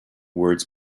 words